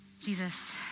Jesus